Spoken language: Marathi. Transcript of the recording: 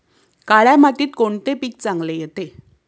काळ्या मातीत कोणते पीक चांगले येते?